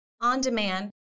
on-demand